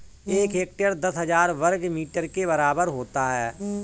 एक हेक्टेयर दस हज़ार वर्ग मीटर के बराबर होता है